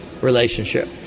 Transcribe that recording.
relationship